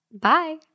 Bye